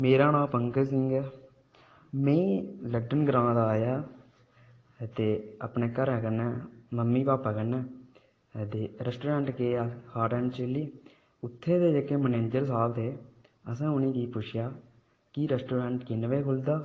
मेरा नांऽ पंकज सिहं ऐ में लाड़न ग्रां दा आया ते अपने घरा कन्नै मम्मी पापा कन्नै ते रेस्टोरेंट गे अस हाट एंड़ चिल्ली उत्थूं दे जेह्के मनैजर साह्ब है असें उ'नेंगी पुच्छेआ कि रेस्टोरेंट किन्ने बजे खु'लदा है